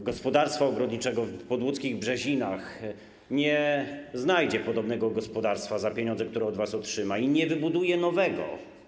gospodarstwa ogrodniczego w podłódzkich Brzezinach nie znajdzie podobnego gospodarstwa za pieniądze, które od was otrzyma, i nie wybuduje nowego?